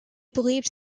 believed